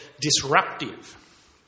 disruptive